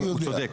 הוא צודק,